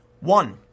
One